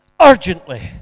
Urgently